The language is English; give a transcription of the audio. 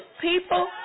people